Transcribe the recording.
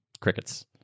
crickets